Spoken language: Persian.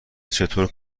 چطور